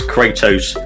Kratos